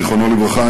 זיכרונו לברכה,